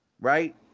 right